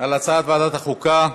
על הצעת ועדת החוקה,